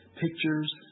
pictures